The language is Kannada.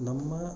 ನಮ್ಮ